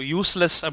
useless